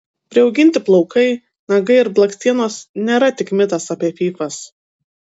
priauginti plaukai nagai ir blakstienos nėra tik mitas apie fyfas